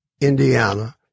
Indiana